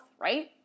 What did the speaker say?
right